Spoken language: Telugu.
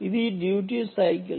ఇది డ్యూటీ సైకిల్